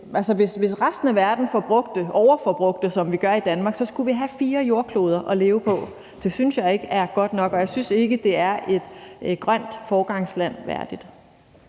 Hvis resten af verden overforbrugte, som vi gør i Danmark, så skulle vi have fire jordkloder at leve på. Det synes jeg ikke er godt nok, og jeg synes ikke, det er et grønt foregangsland værdigt.